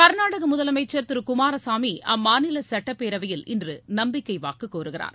கர்நாடக முதலமைச்சர் திரு குமாரசாமி அம்மாநில சட்டப்பேரவையில் இன்று நம்பிக்கை வாக்கு கோருகிறார்